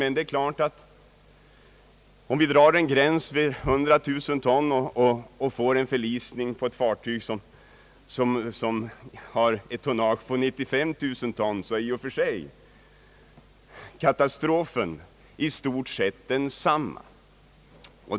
Men det är klart att om vi drar en gräns vid 100 000 ton och ett fartyg som har ett tonnage på 95 000 ton förliser, så är ju i och för sig katastrofen i stort sett densamma.